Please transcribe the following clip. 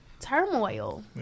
turmoil